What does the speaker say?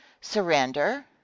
surrender